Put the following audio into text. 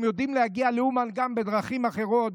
הם יודעים להגיע לאומן גם בדרכים אחרות,